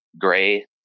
gray